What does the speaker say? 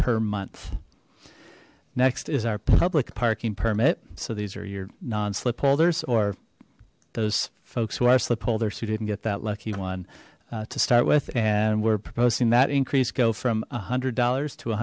per month next is our public parking permit so these are your non slip holders or those folks who are slip holders who didn't get that lucky one to start with and we're proposing that increase go from a hundred dollars to a